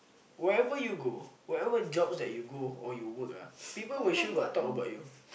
wherever you go whatever jobs that you go or you work ah people will sure got talk about you